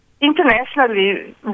internationally